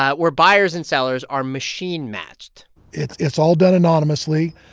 ah where buyers and sellers are machine-matched it's it's all done anonymously.